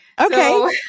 Okay